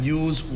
use